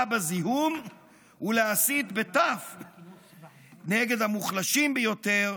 בזיהום ולהסית נגד המוחלשים ביותר,